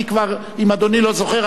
כי אם אדוני לא זוכר,